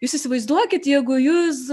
jūs įsivaizduokit jeigu jūs